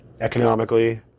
Economically